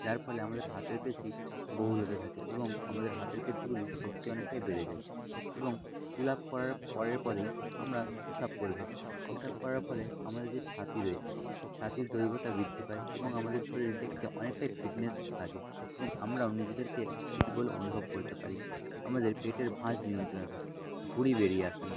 যার ফলে আমাদের হাতের পেশি বহুল হতে থাকে এবং আমাদের হাতের পেশিগুলির শক্তি অনেকটাই বেড়ে যায় এবং পুল আপ করার পরের পরেই আমরা পুশ আপ করে থাকি পুশ আপ করার ফলে আমাদের যে ছাতি রয়েছে ছাতির দৈর্ঘ্যতা বৃদ্ধি পায় এবং আমাদের শরীর দেখতে অনেকটাই ফিটনেস লাগে এবং আমরাও নিজেদেরকে ফিট বলে অনুভব করতে পারি আমাদের পেটের ভাঁজ নিয়ন্ত্রণে থাকে ভুঁড়ি বেরিয়ে আসে না